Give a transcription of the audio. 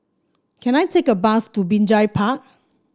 can I take a bus to Binjai Park